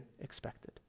expected